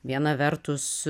viena vertus